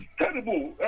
terrible